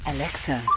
Alexa